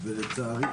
לצערי,